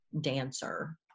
dancer